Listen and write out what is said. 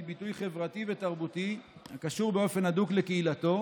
ביטוי חברתי ותרבותי הקשור באופן הדוק לקהילתו